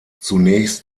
zunächst